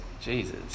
Jesus